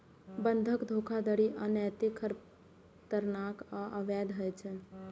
बंधक धोखाधड़ी अनैतिक, खतरनाक आ अवैध होइ छै